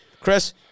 Chris